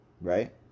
Right